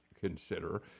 consider